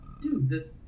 dude